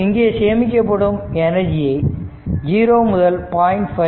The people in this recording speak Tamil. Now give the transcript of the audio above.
மற்றும் இங்கே சேமிக்கப்படும் எனர்ஜியை 0 முதல 0